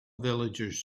villagers